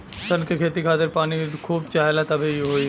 सन के खेती खातिर पानी खूब चाहेला तबे इ होई